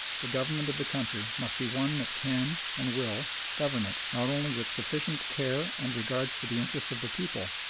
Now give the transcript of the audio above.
the government of the country must be one that can and will govern it, not only with sufficient care and regard for the interests of the people,